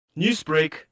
Newsbreak